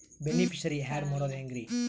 Beneficiary, add ಮಾಡೋದು ಹೆಂಗ್ರಿ?